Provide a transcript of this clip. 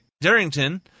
Darrington